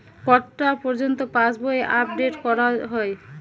কটা পযর্ন্ত পাশবই আপ ডেট করা হয়?